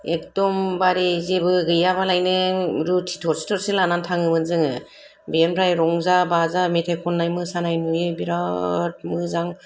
एकदमबारे जेबो गैयाबालायनो रुथि थरसे थरसे लानानै थाङोमोन जोङो बेनिफ्राय रंजा बाजा मेथाय खननाय मोसानाय नुयो बिरात मोजां